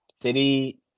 city